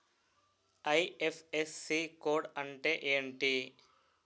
IFSC code అంటే ఏంటి?